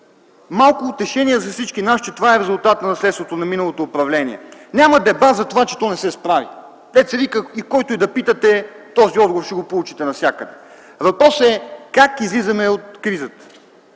малко утешение за всички нас е, че това е резултат от наследството на миналото управление. Няма дебат за това, че то не се справи. Който и да питате – този отговор ще получите навсякъде. Въпросът е как излизаме от кризата.